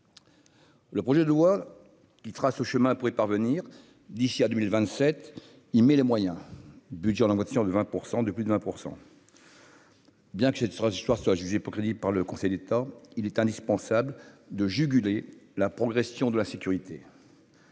le projet de loi qui trace le chemin pour y parvenir d'ici à 2027, il met les moyens, budget, la voiture de 20 pour 100 de plus de 20 %. Bien que cette trajectoire soit pour crédible par le Conseil d'État, il est indispensable de juguler la progression de la sécurité.